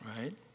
right